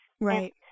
Right